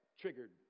triggered